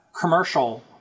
commercial